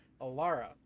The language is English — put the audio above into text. Alara